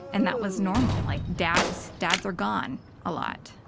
and that was normal. like dads. dads are gone a lot.